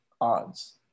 odds